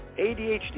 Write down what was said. ADHD